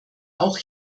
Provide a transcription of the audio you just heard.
auch